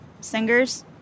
singers